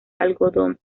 algodón